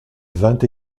vingt